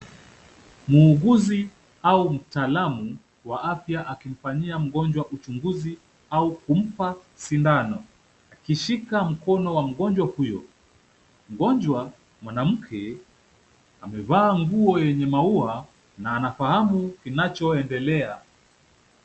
Muuguzi au mtaalamu wa afya akimfanyia mgonjwa uchunguzi au kumpa sindano, akishika mkono wa mgonjwa huyo. Mgonjwa mwanamke amevaa nguo yenye maua na anafahamu kinachoendelea.